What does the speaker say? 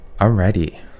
Alrighty